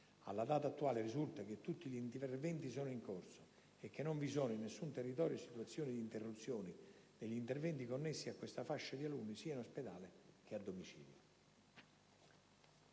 Alla data attuale risulta che tutti gli interventi sono in corso e che non vi sono, in nessun territorio, situazioni di interruzione degli interventi connessi a questa fascia di alunni, sia in ospedale che a domicilio.